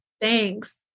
Thanks